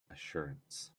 assurance